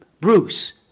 Bruce